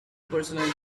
personal